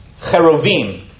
Cheruvim